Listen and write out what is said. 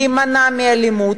להימנע מאלימות,